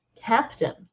Captain